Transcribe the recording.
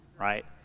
right